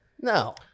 no